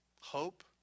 hope